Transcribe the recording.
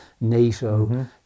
NATO